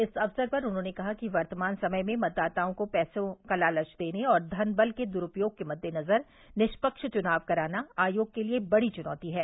इस अवसर पर उन्होंने कहा कि वर्तमान समय में मतदाताओं को पैसों का लालच देने और धन बल के दुरूपयोग के मदेनज़र निष्पक्ष चुनाव कराना आयोग के लिए बड़ी चुनौती है